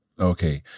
Okay